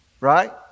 right